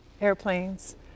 airplanes